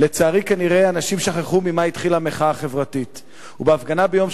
"לצערי כנראה אנשים שכחו ממה התחילה המחאה החברתית ובהפגנה ביום